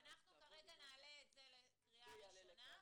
אנחנו נעלה את זה לקריאה הראשונה,